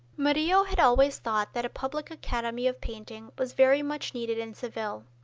murillo had always thought that a public academy of painting was very much needed in seville.